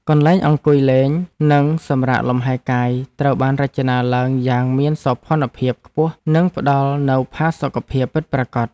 កន្លែងអង្គុយលេងនិងសម្រាកលំហែកាយត្រូវបានរចនាឡើងយ៉ាងមានសោភណភាពខ្ពស់និងផ្តល់នូវផាសុកភាពពិតប្រាកដ។